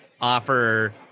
offer